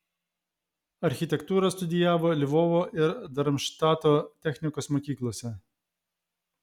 architektūrą studijavo lvovo ir darmštato technikos mokyklose